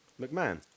McMahon